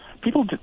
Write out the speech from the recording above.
people